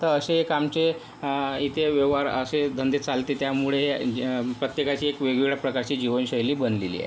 तर असे एक आमचे इथे व्यवहार असे धंदे चालते त्यामुळे प्रत्येकाची एक वेगवेगळ्या प्रकारची जीवनशैली बनलेली आहे